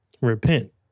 Repent